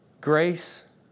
grace